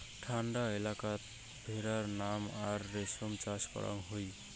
ঠান্ডা এলাকাত ভেড়ার নোম আর রেশম চাষ করাং হই